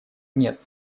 нет